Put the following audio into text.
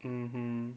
mmhmm